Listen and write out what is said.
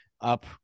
up